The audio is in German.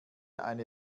eine